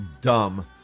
dumb